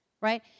right